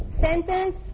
sentence